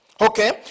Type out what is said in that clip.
Okay